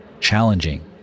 challenging